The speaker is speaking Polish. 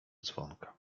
dzwonka